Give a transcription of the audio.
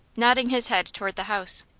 nodding his head toward the house.